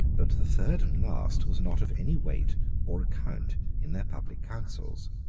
but the third and last was not of any weight or account in their public councils.